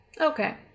okay